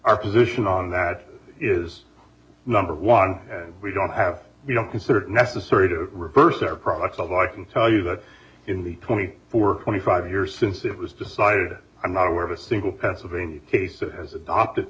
our position on that is number one and we don't have we don't consider it necessary to reverse their prices i can tell you that in the twenty four twenty five years since it was decided i'm not aware of a single pennsylvania case that has adopted